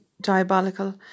diabolical